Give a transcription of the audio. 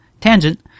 tangent